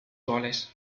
goles